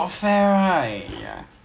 有 good and bad lor 就是 like